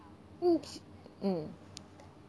mm